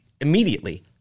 immediately